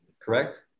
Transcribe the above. correct